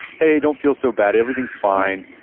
hey, don't feel so bad, everything's fine.